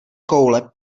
koule